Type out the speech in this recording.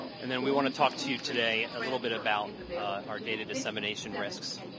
and then we want to talk to you today a little bit about our data dissemination risks.